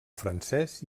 francès